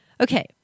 Okay